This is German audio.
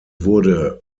wurde